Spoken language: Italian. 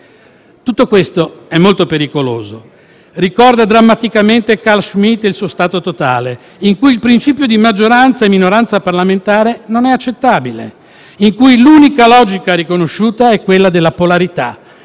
Tutto questo è molto pericoloso; ricorda drammaticamente Carl Schmitt e il suo Stato totale, in cui il principio di maggioranza e minoranza parlamentare non è accettabile, in cui l'unica logica riconosciuta è quella della polarità